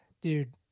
dude